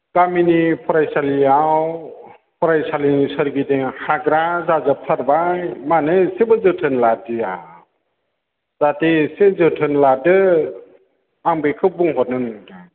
गामिनि फरायसालियाव फरायसालिनि सोरगिदिं हाग्रा जाजोब थारबाय मानो एसेबो जोथोन लादिया जाहाथे एसे जोथोन लादो आं बेखौ बुंहरनो नंदों